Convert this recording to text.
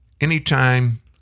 Anytime